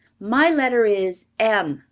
my letter is m,